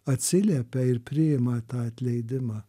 atsiliepia ir priima tą atleidimą